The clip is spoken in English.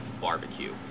barbecue